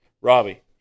Robbie